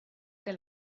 que